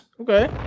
Okay